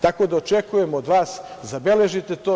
Tako da, očekujem od vas, zabeležite to.